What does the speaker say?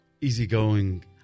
easygoing